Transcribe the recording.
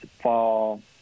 fall